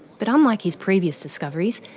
but unlike his previous discoveries,